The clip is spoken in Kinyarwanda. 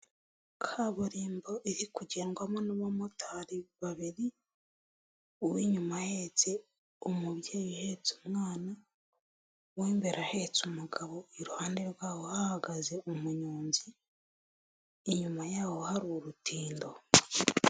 Kaburimbo iri kugendwamo n'abamotari babiri uw'inyuma ahetse umubyeyi uhetse umwana, uw'imbere ahetse umugabo iruhande rwaho hahagaze umunyonzi, inyuma yaho hari urutindo.